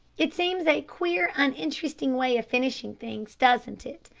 it seems a queer uninteresting way of finishing things, doesn't it,